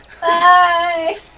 Bye